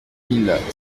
mille